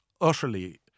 utterly